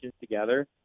together